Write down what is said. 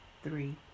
Three